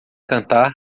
cantar